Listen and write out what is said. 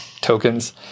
tokens